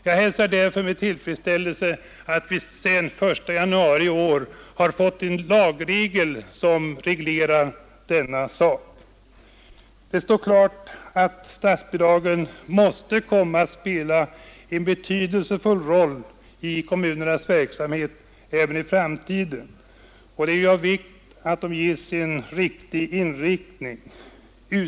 Jag hälsar därför med tillfredsställelse att en lagbestämmelse, som reglerar denna fråga, trädde i kraft den 1 januari i år. Det står klart att statsbidragen måste komma att spela en betydelsefull roll i kommunernas verksamhet även i framtiden. Det är då av vikt att de ges en ändamålsenlig inriktning.